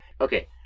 okay